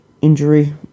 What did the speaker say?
injury